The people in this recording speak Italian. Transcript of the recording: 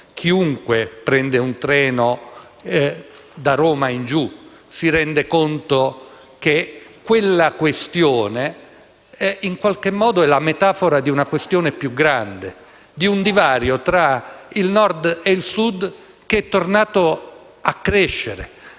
Chiunque prenda un treno da Roma in giù si rende conto che quella è la metafora di una questione più grande, di un divario tra il Nord e il Sud che è tornato a crescere,